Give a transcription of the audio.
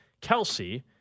Kelsey